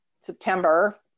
September